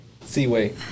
Seaway